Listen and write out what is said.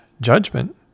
judgment